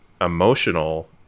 emotional